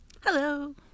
Hello